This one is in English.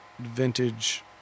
vintage